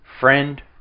friend